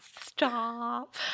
stop